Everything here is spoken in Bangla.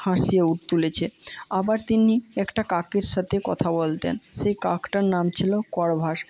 হাসিয়েও তুলেছে আবার তিনি একটা কাকের সাথে কথা বলতেন সেই কাকটার নাম ছিল করভাস